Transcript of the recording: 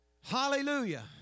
Hallelujah